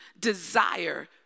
desire